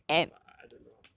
okay but I I don't know ah